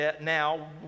now